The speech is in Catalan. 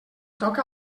toca